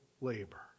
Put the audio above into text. labor